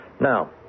Now